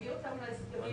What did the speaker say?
להביא אותם להסגרים.